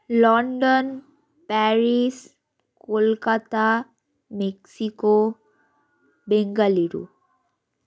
London Paris Kolkata Mexico Bengaluru